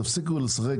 תפסיקו לשחק,